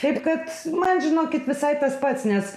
taip kad man žinokit visai tas pats nes